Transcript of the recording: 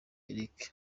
eric